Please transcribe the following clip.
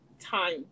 time